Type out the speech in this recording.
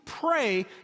Pray